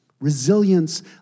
Resilience